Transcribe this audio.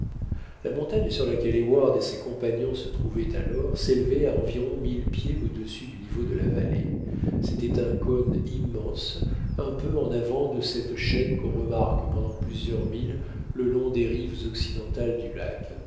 la montagne sur laquelle heyward et ses compagnons se trouvaient alors s'élevait à environ mille pieds au-dessus du niveau de la vallée c'était un cône immense un peu en avant de cette chaîne qu'on remarque pendant plusieurs milles le long des rives occidentales du lac